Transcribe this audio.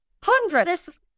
Hundreds